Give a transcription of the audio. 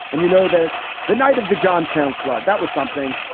and you know that the night of the johnstown flood, that was something.